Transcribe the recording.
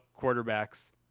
quarterbacks